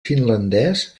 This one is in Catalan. finlandès